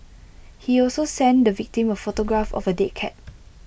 he also sent the victim A photograph of A dead cat